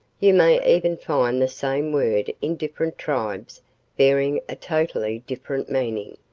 you may even find the same word in different tribes bearing a totally different meaning.